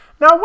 Now